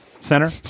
Center